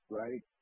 right